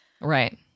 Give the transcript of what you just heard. right